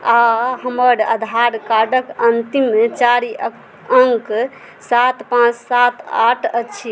आ हमर आधार कार्डक अन्तिम चारि अङ्क सात पाँच सात आठ अछि